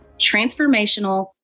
transformational